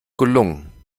gelungen